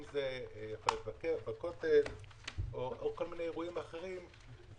אם זה בכותל ואם כל מיני אירועים אחרים שעלולים